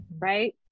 right